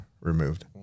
removed